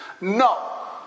No